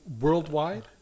Worldwide